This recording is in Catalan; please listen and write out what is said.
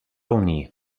unir